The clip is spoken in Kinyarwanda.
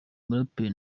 muraperi